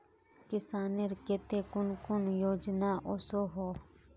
किसानेर केते कुन कुन योजना ओसोहो?